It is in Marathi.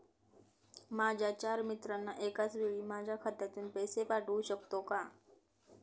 माझ्या चार मित्रांना एकाचवेळी माझ्या खात्यातून पैसे पाठवू शकतो का?